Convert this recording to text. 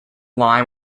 line